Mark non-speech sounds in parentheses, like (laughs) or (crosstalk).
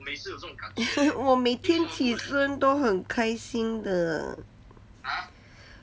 (laughs) 我每天起身都很开心的